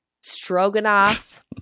Stroganoff